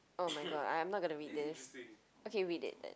oh-my-god I am not gonna read this okay read it then